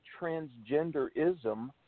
transgenderism